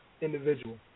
individual